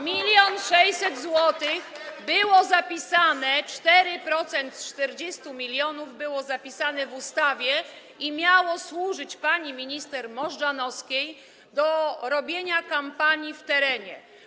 1600 tys. zł było zapisane, 4% z 40 mln było zapisane w ustawie i miało służyć pani minister Możdżanowskiej do robienia kampanii w terenie.